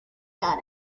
دارد